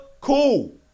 cool